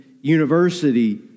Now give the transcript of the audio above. University